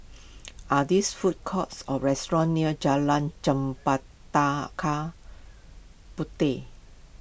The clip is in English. are food courts or restaurants near Jalan Puteh